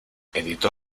editó